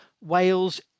Wales